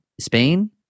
spain